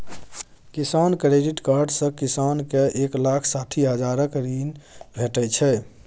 किसान credit card सँ किसान केँ एक लाख साठि हजारक ऋण भेटै छै